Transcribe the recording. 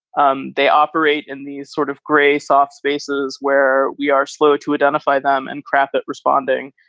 um they operate in these sort of gray, soft spaces where we are slow to identify them and craft responding.